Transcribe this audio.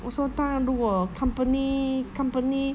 我说当然如果 company company